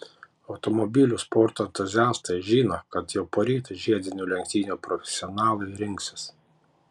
automobilių sporto entuziastai žino kad jau poryt žiedinių lenktynių profesionalai rinksis